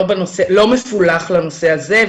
לא מפולח לנושא הזה.